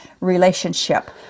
relationship